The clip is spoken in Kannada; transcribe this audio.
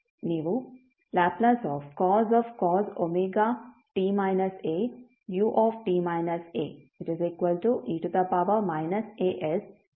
ನೀವು Lcos wt aue asss2w2 ಅನ್ನು ಪಡೆಯುತ್ತೀರಿ